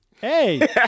Hey